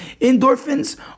Endorphins